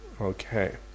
Okay